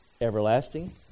everlasting